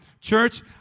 church